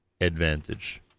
advantage